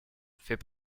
fait